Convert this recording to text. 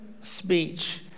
speech